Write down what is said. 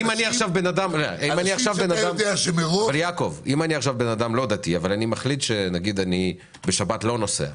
אם אני אדם לא דתי, אבל מחליט שבשבת אני לא נוסע,